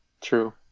True